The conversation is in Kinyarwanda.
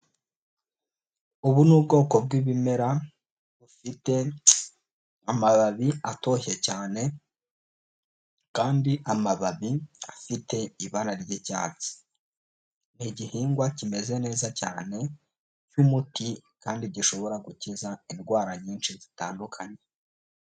Ubu ni ubwoko bwibimera bufite amababi atoshye cyane, kandi amababi afite ibara ry'icyatsi, ni igihingwa kimeze neza cyane cy'umuti kandi gishobora gukiza indwara nyinshi zitandukanye.